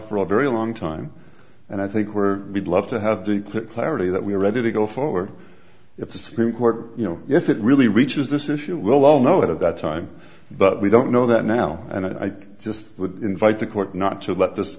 a very long time and i think we're we'd love to have the clarity that we're ready to go forward if the supreme court you know if it really reaches this issue we'll all know that at that time but we don't know that now and i just would invite the court not to let this